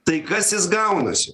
tai kas jis gaunasi